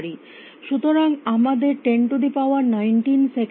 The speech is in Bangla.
সুতরাং আমাদের 1019 সেকেন্ডের প্রয়োজন